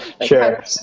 Sure